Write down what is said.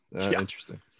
Interesting